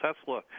Tesla